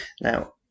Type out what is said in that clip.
Now